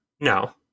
No